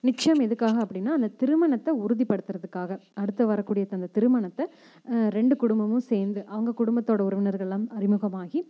நிச்சியம் எதுக்காக அப்படின்னா அந்த திருமணத்தை உறுதிப்படுத்துகிறதுக்காக அடுத்து வரக்கூடிய அந்த திருமணத்தை ரெண்டு குடும்பமும் சேர்ந்து அவங்க குடும்பத்தோடய உறவினர்கள்லாம் அறிமுகமாகி